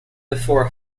before